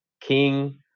king